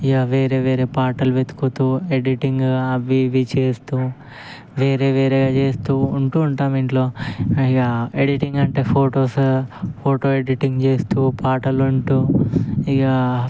ఇక వేరే వేరే పాటలు వెతుకుతూ ఎడిటింగ్ అవి ఇవి చేస్తూ వేరే వేరే చేస్తూ ఉంటూ ఉంటాం ఇంట్లో ఇక ఎడిటింగ్ అంటే ఫొటోసు ఫొటో ఎడిటింగ్ చేస్తూ పాటలు వింటూ ఇకా